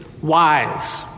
wise